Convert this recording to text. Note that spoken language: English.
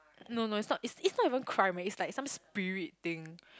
no no it's not it's not even crime leh is like some spirit thing